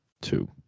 two